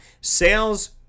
Sales